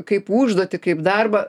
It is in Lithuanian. kaip užduotį kaip darbą